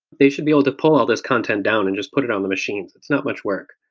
they should be able to pull all this content down and just put it on the machine. it's not much work.